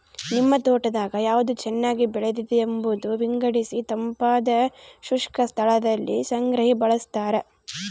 ನಿಮ್ ತೋಟದಾಗ ಯಾವ್ದು ಚೆನ್ನಾಗಿ ಬೆಳೆದಿದೆ ಎಂಬುದ ವಿಂಗಡಿಸಿತಂಪಾದ ಶುಷ್ಕ ಸ್ಥಳದಲ್ಲಿ ಸಂಗ್ರಹಿ ಬಳಸ್ತಾರ